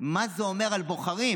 מה זה אומר על בוחרים,